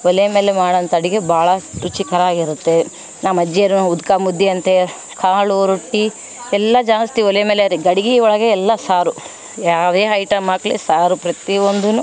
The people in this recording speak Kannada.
ಒಲೆ ಮೇಲೆ ಮಾಡೋಂಥ ಅಡಿಗೆ ಭಾಳ ರುಚಿಕರ ಆಗಿರುತ್ತೆ ನಮ್ಮ ಅಜ್ಜಿಯರು ಉದಕ ಮುದ್ದೆಯಂತೆ ಕಾಳು ರೊಟ್ಟಿ ಎಲ್ಲ ಜಾಸ್ತಿ ಒಲೆ ಮೇಲರೆ ಗಡಿಗೆ ಒಳಗೆ ಎಲ್ಲ ಸಾರು ಯಾವುದೇ ಐಟಮ್ ಆಗಲಿ ಸಾರು ಪ್ರತಿಯೊಂದು